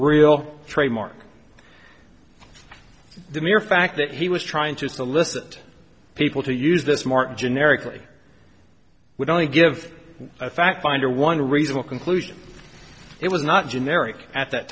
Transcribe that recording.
real trademark the mere fact that he was trying to solicit people to use this martin generically would only give a fact finder one reasonable conclusion it was not generic at that